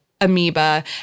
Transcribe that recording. Amoeba